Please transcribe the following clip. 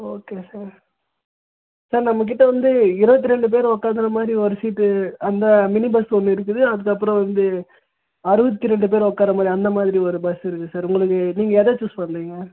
okay sir sir நம்மகிட்ட வந்து இருபத்து ரெண்டு பேர் உட்காந்துறா மாதிரி ஒரு சீட்டு அந்த மினி பஸ்ஸு ஒன்று இருக்குது அதுக்கப்புறம் வந்து அறுபத்தி ரெண்டு பேர் உட்கார மாதிரி அந்த மாதிரி ஒரு பஸ்ஸு இருக்கு சார் உங்களுக்கு நீங்கள் எதை சூஸ் பண்ணுறிங்க